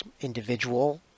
individual